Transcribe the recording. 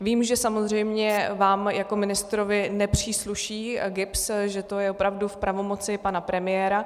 Vím, že samozřejmě vám jako ministrovi nepřísluší GIBS, že to je opravdu v pravomoci pana premiéra.